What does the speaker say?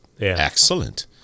excellent